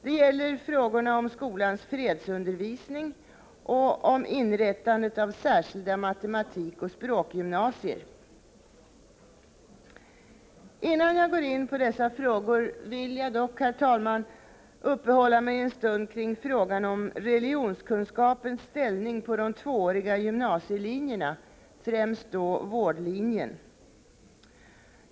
Det gäller frågorna om skolans fredsundervisning och om inrättandet av särskilda matematikoch språkgymnasier. Innan jag går in på dessa frågor vill jag dock, herr talman, uppehålla mig en stund kring frågan om religionskunskapens ställning på de tvååriga gymnasielinjerna, främst då vårdlinjen.